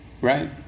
Right